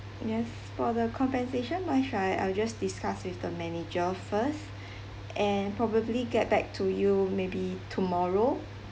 yes for the compensation wise right I'll just discuss with the manager first and probably get back to you maybe tomorrow